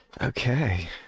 Okay